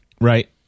Right